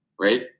Right